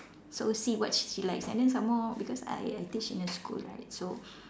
so see what she she likes and then some more because I I teach in a school right so